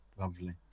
Lovely